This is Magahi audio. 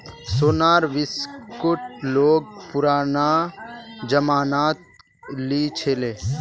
सोनार बिस्कुट लोग पुरना जमानात लीछीले